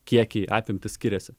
kiekiai apimtys skiriasi